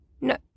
No